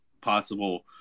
possible